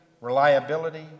reliability